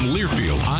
Learfield